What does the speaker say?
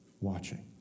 watching